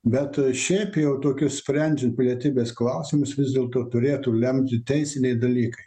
bet šiaip jau tokius sprendžiant pilietybės klausimus vis dėlto turėtų lemti teisiniai dalykai